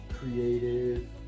creative